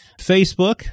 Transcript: Facebook